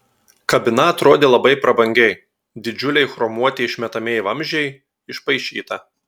kabina atrodė labai prabangiai didžiuliai chromuoti išmetamieji vamzdžiai išpaišyta